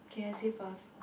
K I say first